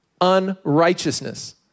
unrighteousness